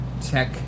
tech